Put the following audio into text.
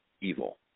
evil